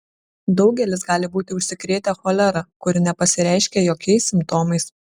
daugelis gali būti užsikrėtę cholera kuri nepasireiškia jokiais simptomais